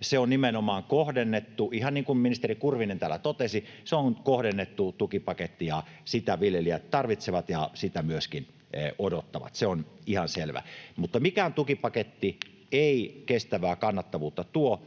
Se on nimenomaan — ihan niin kuin ministeri Kurvinen täällä totesi — kohdennettu tukipaketti, ja sitä viljelijät tarvitsevat ja sitä myöskin odottavat, se on ihan selvä. Mutta mikään tukipaketti ei tuo kestävää kannattavuutta,